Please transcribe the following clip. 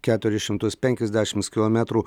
keturis šimtus penkiasdešimts kilometrų